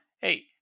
hey